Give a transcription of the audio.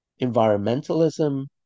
Environmentalism